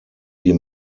die